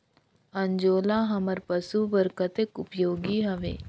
अंजोला हमर पशु बर कतेक उपयोगी हवे?